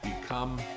become